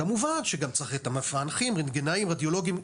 כמובן שגם צריך את המפענחים, רנטגנאים, רדיולוגים.